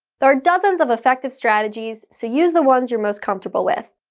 there are dozens of effective strategies, so use the ones you're most comfortable with.